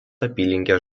apylinkės